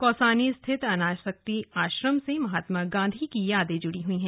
कौसानी स्थित अनासक्ति आश्रम से महात्मा गांधी की यादें जुड़ी हैं